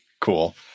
Cool